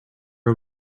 are